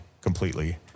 completely